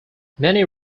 many